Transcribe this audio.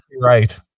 right